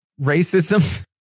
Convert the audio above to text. racism